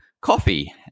coffee